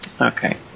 Okay